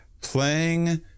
playing